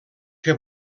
que